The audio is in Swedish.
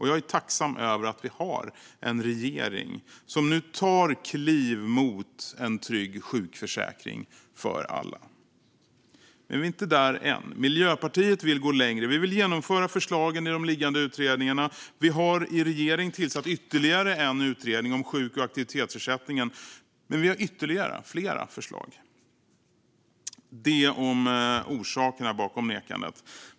Jag är tacksam över att vi har en regering som nu tar kliv mot en trygg sjukförsäkring för alla. Men vi är inte där än. Miljöpartiet vill gå längre. Vi vill genomföra förslagen i de liggande utredningarna. Vi har i regering tillsatt ytterligare en utredning, om sjuk och aktivitetsersättningen. Men vi har fler förslag. Detta om orsakerna bakom nekandena.